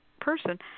person